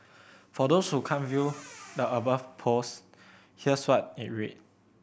for those who can't view the above post here's what it read